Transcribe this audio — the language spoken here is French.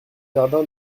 jardin